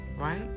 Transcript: Right